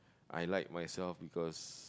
I like myself because